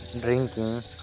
drinking